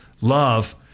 love